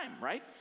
right